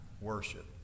worship